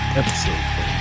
episode